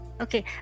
Okay